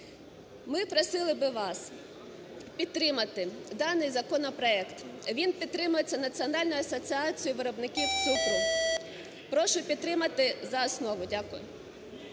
Ми просили би вас підтримати даний законопроект, він підтримується Національною асоціацією виробників цукру. Прошу підтримати за основу. Дякую.